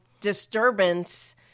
disturbance